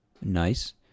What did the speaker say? nice